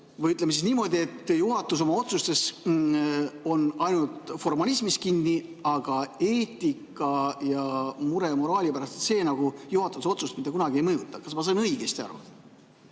Või ütleme siis niimoodi, et juhatus on oma otsustes ainult formalismis kinni, aga eetika ja mure moraali pärast juhatuse otsust mitte kunagi ei mõjuta. Kas ma sain õigesti aru?